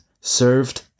served